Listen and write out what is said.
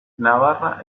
navarra